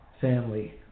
family